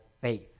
faith